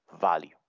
value